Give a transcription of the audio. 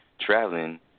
traveling